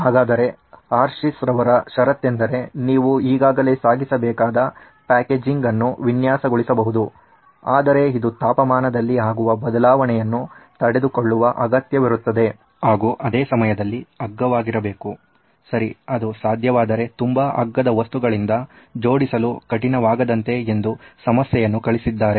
ಹಾಗಾದರೆ ಹರ್ಷೀಸ್ ರವರ ಷರತ್ತೆಂದರೆ ನೀವು ಈಗಾಗಲೇ ಸಾಗಿಸಬೇಕಾದ ಪ್ಯಾಕೇಜಿಂಗ್ ಅನ್ನು ವಿನ್ಯಾಸಗೊಳಿಸಬಹುದು ಆದರೆ ಇದು ತಾಪಮಾನದಲ್ಲಿ ಅಗುವ ಬದಲಾವಣೆಯನ್ನು ತಡೆದುಕೊಳ್ಳುವ ಅಗತ್ಯವಿರುತ್ತದೆ ಹಾಗೂ ಅದೇ ಸಮಯದಲ್ಲಿ ಅಗ್ಗವಾಗಿರಬೇಕು ಸರಿ ಅದು ಸಾಧ್ಯವಾದರೆ ತುಂಬ ಅಗ್ಗದ ವಸ್ತುಗಳಿಂದ ಜೋಡಿಸಲು ಕಠಿಣವಾಗದಂತೆ ಎಂದು ಸಮಸ್ಯೆಯನ್ನು ಕಳುಹಿಸಿದ್ದಾರೆ